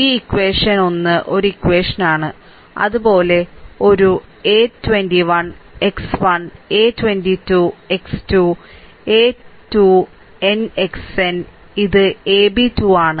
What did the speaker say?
ഈ ഇക്വഷൻ 1 ഒരു ഇക്വഷനാണ് അതുപോലെ ഒരു a 21 x 1 a 2 2 x 2 a 2 n xn ഇത് ab 2 ആണ്